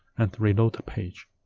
and reload the page.